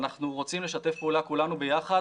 ואנחנו רוצים לשתף פעולה כולנו ביחד,